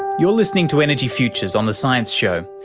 you're listening to energy futures on the science show.